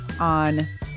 on